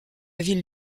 ville